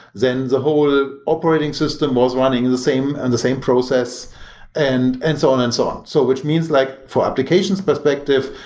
then the whole operating system was running in the same and the same process and and so on and so on. so which means like for application's perspective,